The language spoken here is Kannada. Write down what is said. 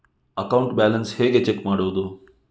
ಅಕೌಂಟ್ ಬ್ಯಾಲೆನ್ಸ್ ಹೇಗೆ ಚೆಕ್ ಮಾಡುವುದು?